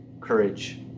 courage